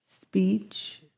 speech